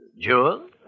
Jewel